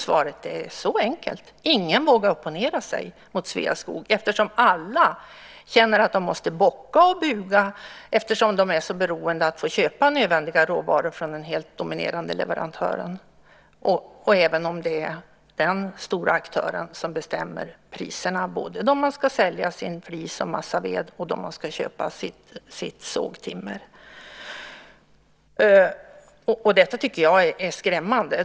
Svaret är så enkelt - ingen vågar opponera sig mot Sveaskog. Alla känner att de måste bocka och buga eftersom de är så beroende av att få köpa nödvändiga råvaror från den helt dominerande leverantören, även om det är den stora aktören som bestämmer priserna, både de man ska sälja sin flis och massaved till och de man ska köpa sitt sågtimmer av. Detta tycker jag är skrämmande.